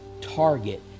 target